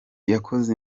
yakoze